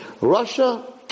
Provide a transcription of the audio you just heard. Russia